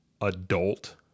adult